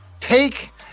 take